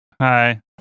Hi